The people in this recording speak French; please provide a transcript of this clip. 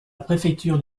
préfecture